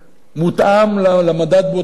מותאם למדד באותה שנה,